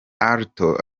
alto